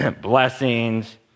blessings